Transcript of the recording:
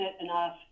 enough